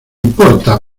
importa